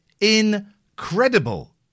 incredible